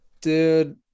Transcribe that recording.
Dude